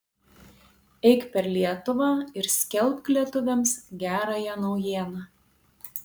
eik per lietuvą ir skelbk lietuviams gerąją naujieną